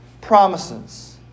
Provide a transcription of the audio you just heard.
promises